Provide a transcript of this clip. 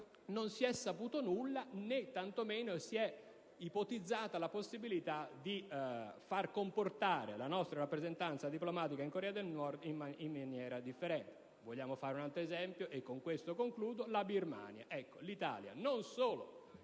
Non si è saputo nulla, né tanto meno si è ipotizzata la possibilità di far comportare la nostra rappresentanza diplomatica in Corea del Nord in maniera differente. Vogliamo fare un altro esempio, e con questo concludo? La Birmania. L'Italia non solo,